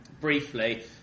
briefly